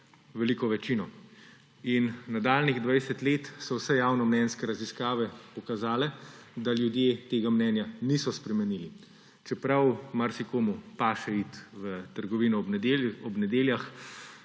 veliko večino. In nadaljnjih 20 let so vse javnomnenjske raziskave pokazale, da ljudje tega mnenja niso spremenili, čeprav marsikomu paše iti v trgovino ob nedeljah,